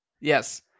Yes